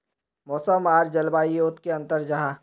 मौसम आर जलवायु युत की अंतर जाहा?